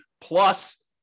plus